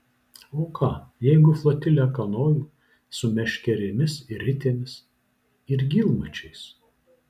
o ką jeigu flotilę kanojų su meškerėmis ir ritėmis ir gylmačiais